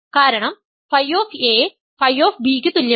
കാരണം Φ Φ യ്ക് തുല്യമാണ്